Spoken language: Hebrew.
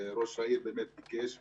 וראש העיר ביקש וצעק,